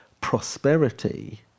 prosperity